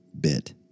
bit